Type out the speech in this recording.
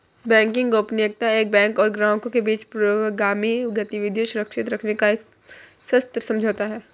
banking गोपनीयता एक bank और ग्राहकों के बीच पूर्वगामी गतिविधियां सुरक्षित रखने का एक सशर्त समझौता है